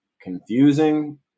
confusing